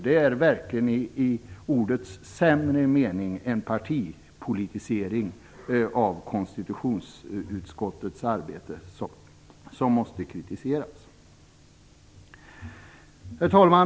Det är verkligen i ordets sämre mening en partipolitisering av konstitutionsutskottets arbete som måste kritiseras. Herr talman!